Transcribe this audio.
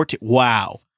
Wow